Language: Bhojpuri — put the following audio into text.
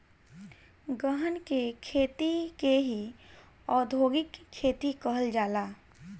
गहन के खेती के ही औधोगिक खेती कहल जाला